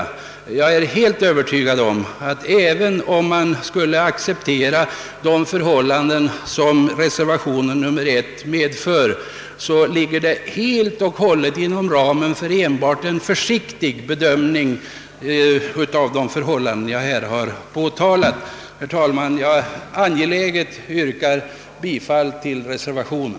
Jag är därför alldeles övertygad om att de förhållanden som ett accepterande av reservation 1 skulle medföra ligger helt och hållet inom ramen för en försiktig bedömning av det behov av förstärkning jag här påtalat. Herr talman! Jag yrkar enträget bifall till reservationen.